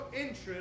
interest